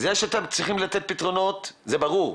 זה שאתם צריכים לתת פתרונות זה ברור,